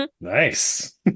Nice